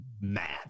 mad